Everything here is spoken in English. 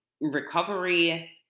recovery